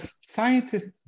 scientists